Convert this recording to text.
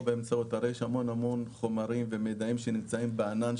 הרי יש המון חומרים ומידע שנמצאים בענן,